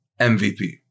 MVP